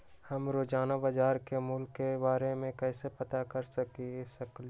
हम रोजाना बाजार के मूल्य के के बारे में कैसे पता कर सकली ह?